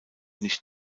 nicht